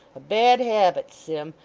a bad habit, sim,